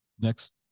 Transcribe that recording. Next